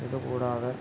ഇത് കൂടാതെ